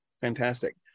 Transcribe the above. Fantastic